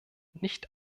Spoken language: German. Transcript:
nicht